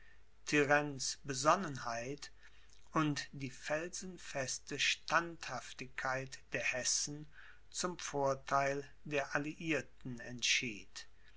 turenne's besonnenheit und die felsenfeste standhaftigkeit der hessen zum vortheil der alliierten entschied